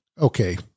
okay